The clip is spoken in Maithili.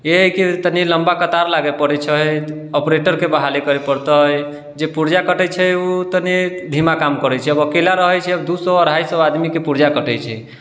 इएहे हइ कि तनि लम्बा कतार लागे पड़ै छै ऑपरेटर के बहाली करे पड़तै जे पुर्जा कटै छै ओ तनि धीमा काम करै छै अब अकेला रहै छै अब दू सए अढ़ाइ सए आदमीके पुर्जा कटै छै